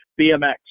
BMX